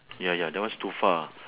ya ya that one's too far